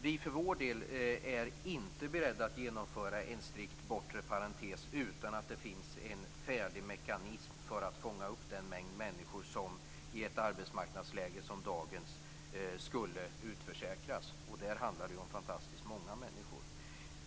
Vi för vår del är inte beredda att genomföra en strikt bortre parentes utan att det finns en färdig mekanism för att fånga upp den mängd människor som skulle utförsäkras i ett arbetsmarknadsläge som dagens. Det handlar ju om fantastiskt många människor.